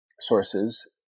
sources